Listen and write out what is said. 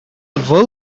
вӑл